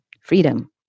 freedom